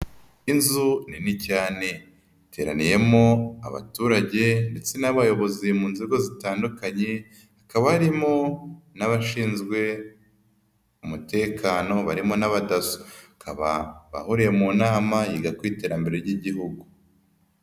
Inzu nini cyane iteraniyemo abaturage ndetse n'abayobozi mu nzego zitandukanye hakaba harimo n'abashinzwe umutekano barimo n'abadaso bakaba bahuriye mu nama yiga ku iterambere ry'igihugu.